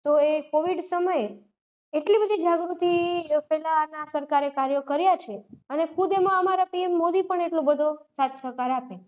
તો એ કોવિડ સમયે એટલી બધી જાગૃતિ ફેલાવવાના સરકારે કાર્યો કર્યાં છે અને ખુદ એમાં અમારા પીએમ મોદી પણ એટલો બધો સાથ સહકાર આપે